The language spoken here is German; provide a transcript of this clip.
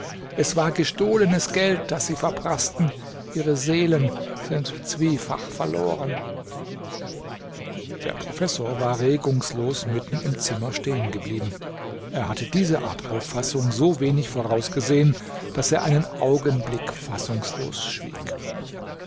es war gestohlenes geld das sie verpraßten ihre seelen sind zwiefach verloren der professor war regungslos mitten im zimmer stehen geblieben er hatte diese art auffassung so wenig vorausgesehen daß er einen augenblick fassungslos schwieg